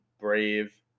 brave